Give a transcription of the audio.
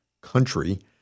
country